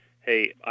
Hey